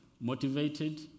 Motivated